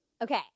Okay